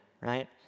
right